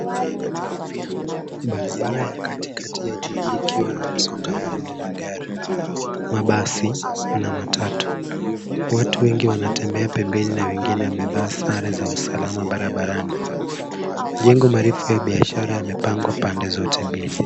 Barabara ya katikati ya jiji ikiwa na msongamano wa magari; mabasi na matatu. Watu wengi wanatembea pembeni na wengine wamevaa sare za usalama barabarani. Majengo marefu ya biashara yamepangwa pande zote mbili.